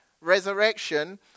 resurrection